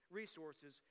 resources